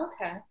Okay